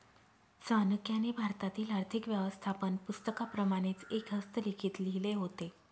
चाणक्याने भारतातील आर्थिक व्यवस्थापन पुस्तकाप्रमाणेच एक हस्तलिखित लिहिले होते